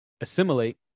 assimilate